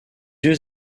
yeux